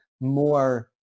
more